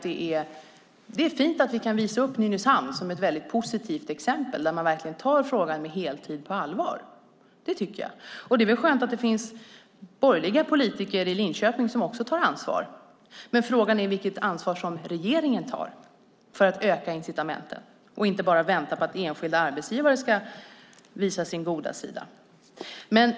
Det är fint att vi kan visa upp Nynäshamn som ett positivt exempel där man verkligen tar frågan med heltid på allvar. Det tycker jag. Det är väl skönt att det finns borgerliga politiker i Linköping som också tar ansvar. Men frågan är vilket ansvar regeringen tar för att öka incitamenten och inte bara vänta på att enskilda arbetsgivare ska visa sin goda sida.